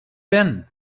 been